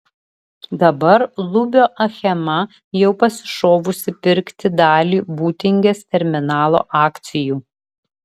dabar lubio achema jau pasišovusi pirkti dalį būtingės terminalo akcijų